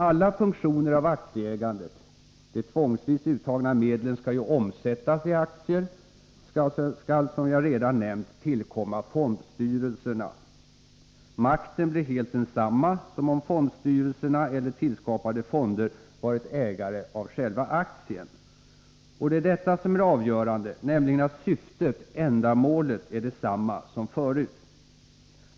Alla funktioner av aktieägandet — de tvångsvis uttagna medlen skall ju omsättas i aktier — skall, som jag redan nämnt, tillkomma fondstyrelserna. Makten blir helt densamma, som om fondstyrelserna eller tillskapade fonder varit ägare av själva aktien. Och det är detta som är det avgörande, nämligen att syftet — ändamålet — är detsamma som förut.